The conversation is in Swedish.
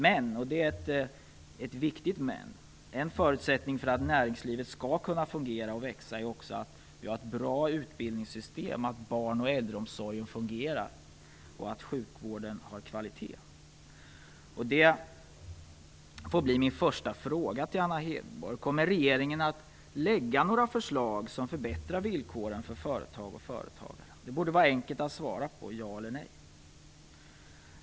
Men - och det är ett viktigt "men" - en förutsättning för att näringslivet skall kunna fungera och växa är också att vi har ett bra utbildningssystem, att barn och äldreomsorgen fungerar och att sjukvården har kvalitet. Min första fråga till Anna Hedborg får därför bli: Kommer regeringen att lägga fram några förslag som förbättrar villkoren för företag och företagare? Det borde vara enkelt att svara ja eller nej på den frågan.